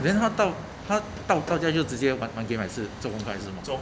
then 他到他到大家就直接玩玩 game 还是做功课还是什么